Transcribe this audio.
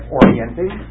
orienting